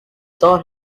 saw